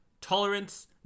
tolerance